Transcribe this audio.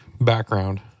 background